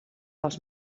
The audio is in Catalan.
dels